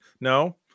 No